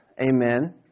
amen